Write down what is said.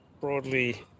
broadly